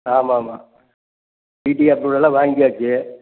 ஆமாம்மா டீடி அப்ரூவெல்லாம் வாங்கியாச்சு